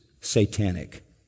satanic